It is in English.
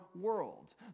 world